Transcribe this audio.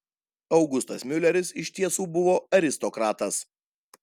augustas miuleris iš tiesų buvo aristokratas